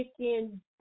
chicken